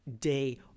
day